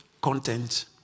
Content